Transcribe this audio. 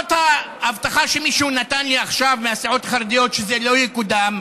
למרות ההבטחה שמישהו נתן לי עכשיו מהסיעות החרדיות שזה לא יקודם,